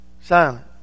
silent